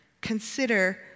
consider